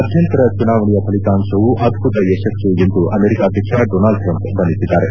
ಮಧ್ಯಂತರ ಚುನಾವಣೆಯ ಫಲಿತಾಂಶವು ಅದ್ದುತ ಯಶಸ್ಸು ಎಂದು ಅಮೆರಿಕ ಅಧ್ಯಕ್ಷ ಡೊನಾಲ್ಡ್ ಟ್ರಂಪ್ ಬಣ್ಣಿಸಿದ್ದಾರೆ